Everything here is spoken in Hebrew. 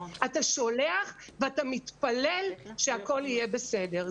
אתה שולח ואתה מתפלל שהכול יהיה בסדר.